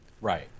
right